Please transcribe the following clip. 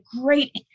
great